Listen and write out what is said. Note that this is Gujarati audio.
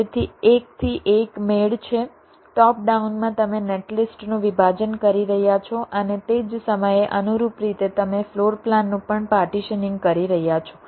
તેથી એકથી એક મેળ છે ટોપ ડાઉનમાં તમે નેટલિસ્ટનું વિભાજન કરી રહ્યાં છો અને તે જ સમયે અનુરૂપ રીતે તમે ફ્લોર પ્લાનનું પણ પાર્ટીશનીંગ કરી રહ્યાં છો